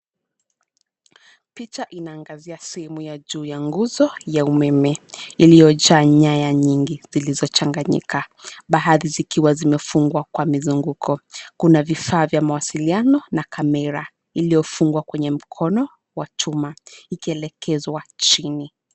Picha inaangazia sehemu ya juu ya nguzo ya umeme iliyojaa nyaya nyingi zilizochanganyika baadhi zikiwa zimefungwa kwa mizunguko. Kuna vifaa vya masiliano na kamera iliyofungwa kwenye mkono wa chuma ikielekezwa chini.